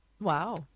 Wow